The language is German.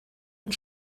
und